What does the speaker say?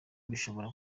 bishobora